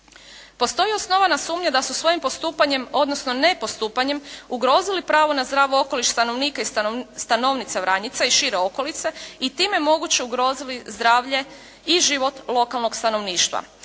Postoji osnovana sumnja da su svojim postupanjem, odnosno nepostupanjem ugrozili pravo na zdrav okoliš stanovnika i stanovnica Vranjica i šire okolice i time moguće ugrozili zdravlje i život lokalnog stanovništva.